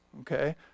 Okay